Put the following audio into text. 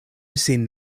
sin